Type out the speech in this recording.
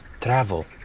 travel